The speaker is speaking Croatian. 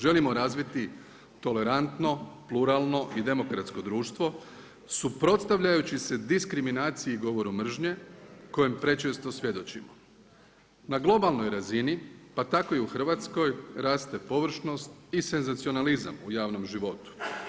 Želimo razviti tolerantno, pluralno i demokratsko društvo suprotstavljajući se diskriminaciji i govoru mržnje kojem prečesto svjedočimo, na globalnoj razini, pa tako i u hrvatskoj, raste površnost i senzacionalizam u javom životu.